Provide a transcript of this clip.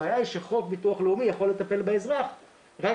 הבעיה היא שלפי החוק ביטוח לאומי יכול לטפל באזרח רק